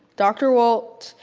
dr. walt,